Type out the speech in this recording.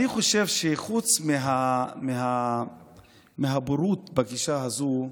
אני חושב שחוץ מהבורות בגישה הזו,